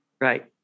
right